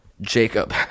Jacob